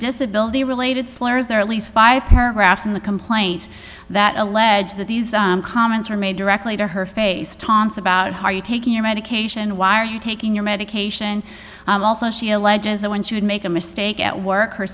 disability related slurs there are at least five paragraphs in the complaint that allege that these comments were made directly to her face taunts about how are you taking your medication why are you taking your medication also she alleges that when she would make a mistake at work her